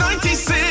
96